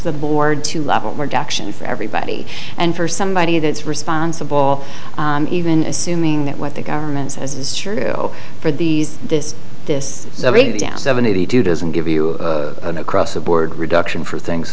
the board to level for everybody and for somebody that's responsible even assuming that what the government says is true for these this this down seventy two doesn't give you a cross the board reduction for things